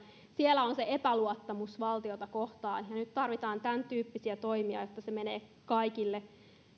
siellä on se epäluottamus valtiota kohtaan nyt tarvitaan tämäntyyppisiä toimia että se usko menee kaikille